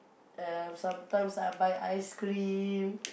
uh sometimes I buy ice cream